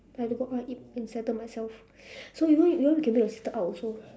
I have to go out and eat and settle myself so you want you want can bring your sister out also